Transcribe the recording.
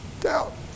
Doubt